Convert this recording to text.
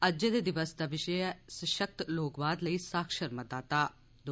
अज्जै दे दिवस दा विषे ऐ सशक्त लोकवाद लेई साक्षर मतदाता